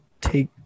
take